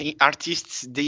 artists